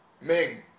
Ming